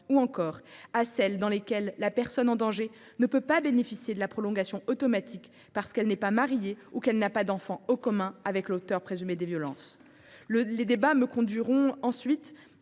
ou encore à celles dans lesquelles la personne en danger ne peut pas bénéficier de la prolongation automatique parce qu’elle n’est pas mariée ou qu’elle n’a pas d’enfant en commun avec l’auteur présumé des violences. Je me dois